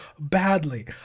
badly